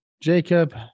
Jacob